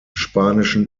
spanischen